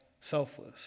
selfless